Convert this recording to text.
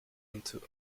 into